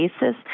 basis